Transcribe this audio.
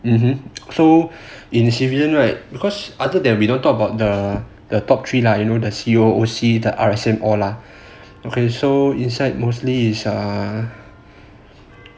mm so in civilian right because other than we don't talk about the the top three lah you know the C_O_C the R_S_M all lah okay so inside mostly is ah